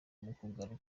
guhaguruka